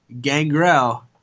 Gangrel